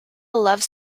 loves